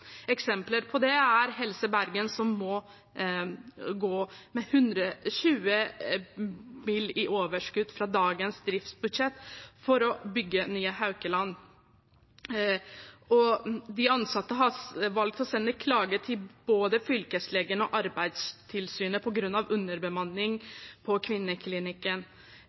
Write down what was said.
på det er fra Helse Bergen, som må gå med 120 mill. kr i overskudd på dagens driftsbudsjett for å kunne bygge nye Haukeland sykehus. De ansatte har valgt å sende klage til både fylkeslegen og Arbeidstilsynet på grunn av underbemanning ved kvinneklinikken. Fylkeslegen tok ut sak på